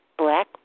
black